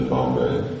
Bombay